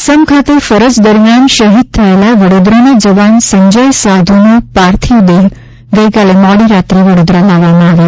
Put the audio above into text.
આસામ ખાતે ફરજ દરમિયાન શહીદ થયેલા વડોદરાના જવાન સંજય સાધુનો પાર્થિવ દેહ ગઇકાલે મોડી રાત્રે વડોદરા લાવવામાં આવ્યો